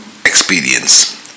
experience